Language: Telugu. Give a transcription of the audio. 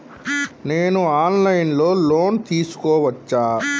నేను ఆన్ లైన్ లో లోన్ తీసుకోవచ్చా?